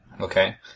Okay